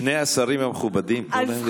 שני השרים המכובדים, תנו לדבר, תפסיקו.